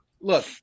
look